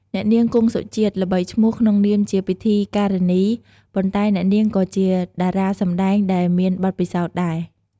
អ្នកនាង គង់ សុជាតិ ល្បីឈ្មោះក្នុងនាមជាពិធីការិនី ប៉ុន្តែអ្នកនាងក៏ជាតារាសម្តែងដែលមានបទពិសោធន៍ដែរ។